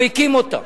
הוא הקים אותה.